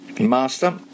master